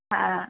അ ആ